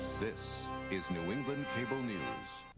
this is new england cable news.